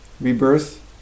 rebirth